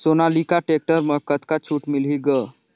Sonalika tractor म कतका छूट मिलही ग?